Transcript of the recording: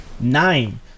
nine